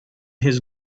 his